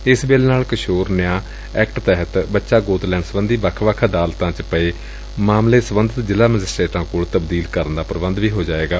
ਏਸ ਬਿਲ ਨਾਲ ਕਿਸੋਰ ਨਿਆਂ ਐਕਟ ਤਹਿਤ ਬੱਚਾ ਗੋਦ ਲੈਣ ਸਬੰਧੀ ਵੱਖ ਵੱਖ ਅਦਾਲਤ ਚ ਪਏ ਮਾਮਲੇ ਸਬੰਧਤ ਜ਼ਿਲ੍ਹਾ ਮੈਜਿਸਟਰੇਟਾ ਕੋਲ ਤਬਦੀਲ ਕਰਨ ਦਾ ਪੁਬੰਧ ਵੀ ਹੋ ਜਾਏਗਾ